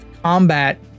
combat